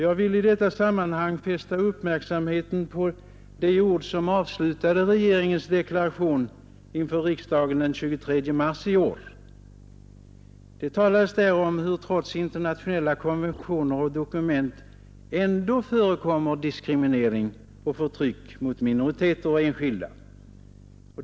Jag vill i detta sammanhang fästa uppmärksamheten på de avslutande orden i regeringens deklaration inför riksdagen den 23 mars i år. Det talades där om hur det trots internationella konventioner och dokument ändå förekommer diskriminering och förtryck gentemot minoriteter och enskilda.